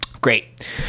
Great